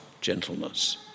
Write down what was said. gentleness